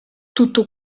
tutto